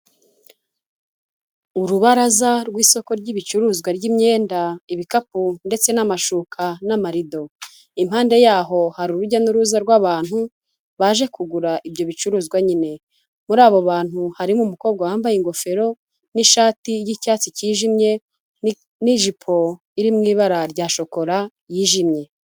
Urubaraza rw'isoko ry'ibicuruzwa ry'imyenda, ibikapu ndetse n'amashuka n'amarido; impande yaho hari urujya n'uruza rw'abantu baje kugura ibyo bicuruzwa nyine, muri abo bantu harimo umukobwa wambaye ingofero n'ishati y'icyatsi cyijimye n'ijipo iri mu ibara rya shokora yijimye.